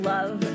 Love